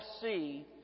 see